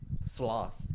sloth